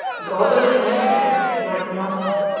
god only knows that, replied the master,